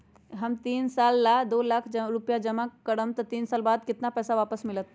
हम तीन साल ला दो लाख रूपैया जमा करम त तीन साल बाद हमरा केतना पैसा वापस मिलत?